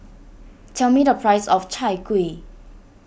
tell me the price of Chai Kuih